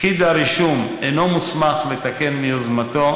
פקיד הרישום אינו מוסמך לתקן מיוזמתו,